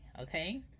Okay